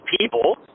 people –